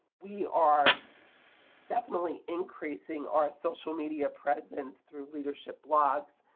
we are definitely increasing our social media presence through leadership blogs,